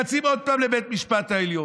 רצים עוד פעם לבית המשפט העליון.